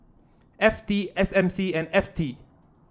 F T S M C and F T